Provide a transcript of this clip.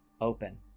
open